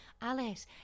Alice